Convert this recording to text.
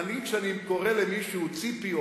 כשאני קורא למישהו ציפי,